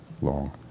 long